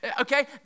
Okay